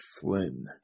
Flynn